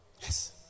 Yes